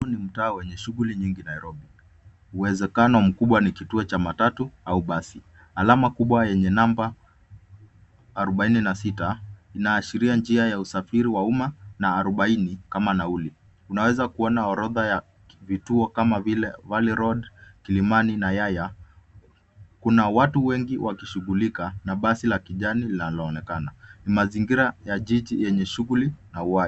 Huu ni mtaa wenye shughuli nyingi Nairobi, uwezekano mkubwa ni kituo cha matatu au basi. Alama kubwa yenye namba arubaine na sita inaashiria njia ya usafiri wa umma na arubaini kama nauli. Unaweza kuona orodha ya vituo kama vile Valley Road , Kilimani na Yaya. Kuna watu wengi wakishughulika na basi la kijani linaloonekana. Mazingira ya jiji yenye shughuli na uhai.